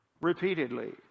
repeatedly